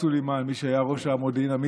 סולימאן, מי שהיה ראש המודיעין המצרי,